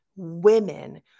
women